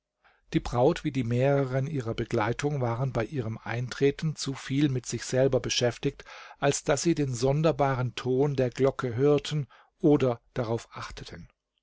die braut wie die mehreren ihrer begleitung waren bei ihrem eintreten zu viel mit sich selber beschäftigt als daß sie den sonderbaren ton der glocke hörten oder darauf achteten